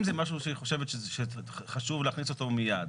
אם זה משהו שהיא חושבת שחשוב להכניס אותו מיד,